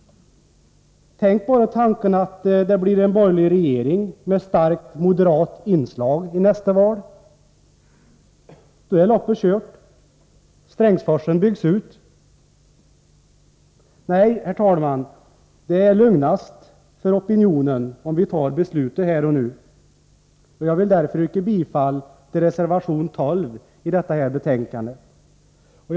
Tänk bara på vad som kan ske om det blir en borgerlig regering med starkt moderat inslag i nästa val! Då är loppet kört, och Strängsforsen byggs ut. Nej, herr talman, det är lugnast att ta beslutet här och nu. Jag yrkar därför bifall till reservation 12 i detta betänkande. Herr talman!